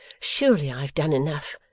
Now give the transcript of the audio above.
surely i've done enough.